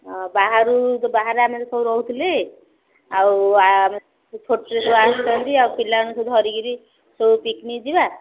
ହଁ ବାହାରୁ ବାହାରେ ଆମେ ତ ସବୁ ରହୁଥିଲେ ଆଉ ଆମେ ଛୋଟ ସବୁ ଆସୁଛନ୍ତି ଆଉ ପିଲାମାନଙ୍କୁ ସବୁ ଧରିକିରି ସବୁ ପିକ୍ନିକ୍ ଯିବା